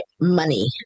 money